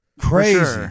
Crazy